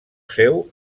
seu